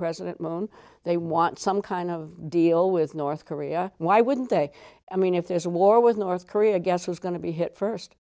president moon they want some kind of deal with north korea why wouldn't they i mean if there's a war with north korea guess who's going to be hit first